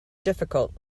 difficult